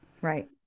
right